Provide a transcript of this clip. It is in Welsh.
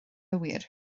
gywir